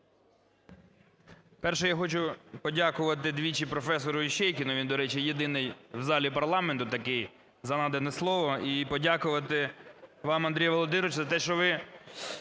Перше. Я хочу подякувати двічі: професору Іщейкіну, він, до речі, єдиний в залі парламенту такий, за надане слово, і подякувати вам, Андрій Володимирович, за те, що ви